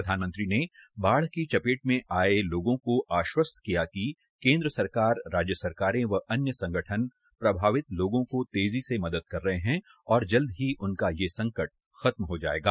प्रधानमंत्री ने बाढ की चपेट में आए लोगों को आश्वस्त किया कि केन्द्र सरकार राज्य सरकारें व अन्य संगठन प्रभावित लोगों की तेजी से मदद कर रहे हैं और जल्द ही उनका ये संकट खत्म हो जाएगा